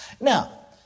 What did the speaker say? Now